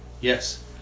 Yes